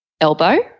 elbow